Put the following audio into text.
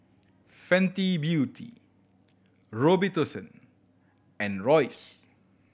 Fenty Beauty Robitussin and Royce